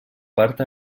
part